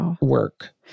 work